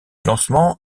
lancement